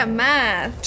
math